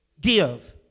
give